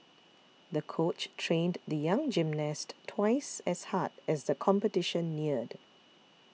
the coach trained the young gymnast twice as hard as the competition neared